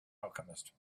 alchemist